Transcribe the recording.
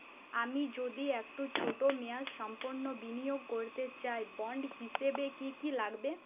আমি যদি একটু ছোট মেয়াদসম্পন্ন বিনিয়োগ করতে চাই বন্ড হিসেবে কী কী লাগবে?